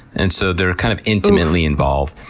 and so they're kind of intimately involved.